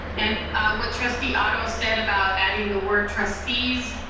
and what trustee otto said about adding the word trustees,